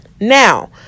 Now